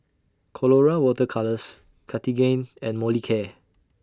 Colora Water Colours Cartigain and Molicare